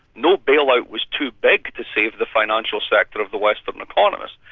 no bailout was too big to save the financial sector of the western economies.